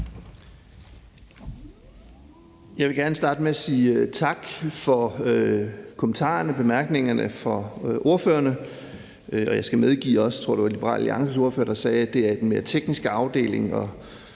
Jeg vil gerne starte med at sige tak for kommentarerne og bemærkningerne fra ordførerne, og jeg skal også medgive – jeg tror, det var Liberal Alliances ordfører, der sagde det – at lovforslaget er i den mere tekniske afdeling.